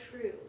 true